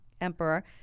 emperor